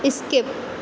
skip